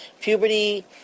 puberty